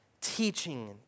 teaching